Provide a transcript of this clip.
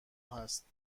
هست